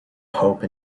pope